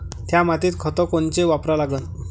थ्या मातीत खतं कोनचे वापरा लागन?